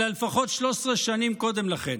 אלא לפחות 13 שנים קודם לכן.